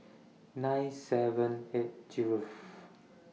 nine seven eight